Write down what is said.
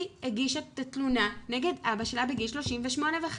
היא הגישה את התלונה נגד אבא שלה בגיל 38 וחצי.